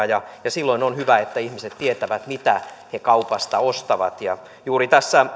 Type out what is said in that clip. ja silloin on hyvä että ihmiset tietävät mitä he kaupasta ostavat ja juuri tässä